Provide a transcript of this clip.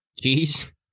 cheese